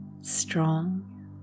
strong